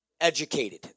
educated